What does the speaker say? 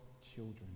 children